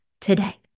today